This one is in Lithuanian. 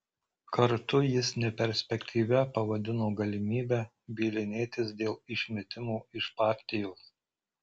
kartu jis neperspektyvia pavadino galimybę bylinėtis dėl išmetimo iš partijos